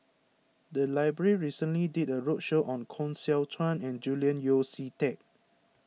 the library recently did a roadshow on Koh Seow Chuan and Julian Yeo See Teck